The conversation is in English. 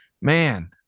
man